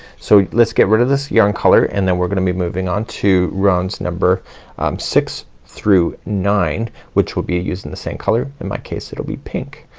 so let's get rid of this yarn color and then we're gonna be moving on to rows number six through nine which will be using the same color. in my case it'll be pink.